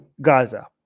Gaza